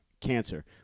cancer